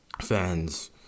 fans